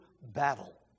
battle